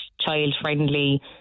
child-friendly